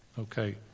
Okay